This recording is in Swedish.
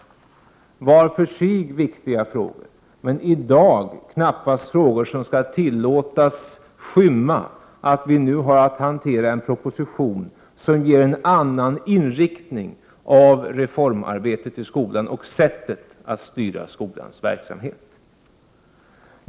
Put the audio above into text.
Det är var för sig viktiga frågor, men knappast frågor som i dag skall tillåtas skymma att vi nu har att hantera en proposition som ger en annan inriktning av reformarbetet i skolan och sättet att styra skolans verksamhet.